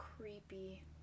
Creepy